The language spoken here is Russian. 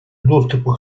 доступа